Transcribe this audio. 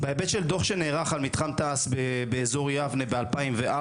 בהיבט של דוח שנערך על מתחם תעש באזור יבנה ב-2004,